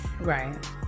Right